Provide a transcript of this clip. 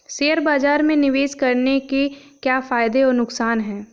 Share बाज़ार में निवेश करने के क्या फायदे और नुकसान हैं?